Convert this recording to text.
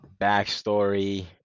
Backstory